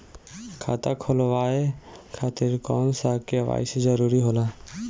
खाता खोलवाये खातिर कौन सा के.वाइ.सी जरूरी होला?